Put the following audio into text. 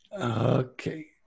okay